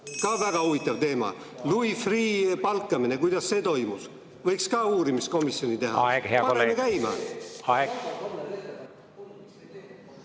ka väga huvitav teema. Louis Freeh' palkamine – kuidas see toimus? Võiks ka uurimiskomisjoni teha. Aeg, hea kolleeg! Paneme käima! Aeg,